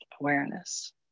awareness